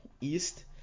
East